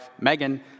Megan